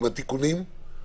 עם התיקונים,